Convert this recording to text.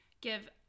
give